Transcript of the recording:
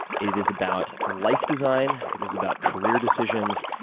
it is about life design, it is about career decisions,